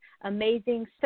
amazing